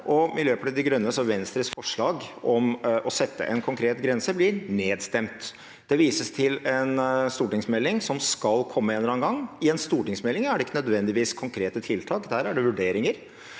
De Grønne og Venstres forslag om å sette en konkret grense blir nedstemt. Det vises til en stortingsmelding som skal komme en eller annen gang. I en stortingsmelding er det ikke nødvendigvis konkrete tiltak. Der er det vurderinger.